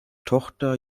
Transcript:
tochter